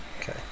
Okay